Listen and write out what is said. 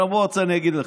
אבל בוא אני אגיד לך: